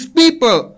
people